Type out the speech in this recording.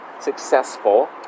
successful